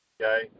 okay